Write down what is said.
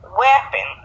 weapon